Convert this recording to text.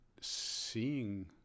seeing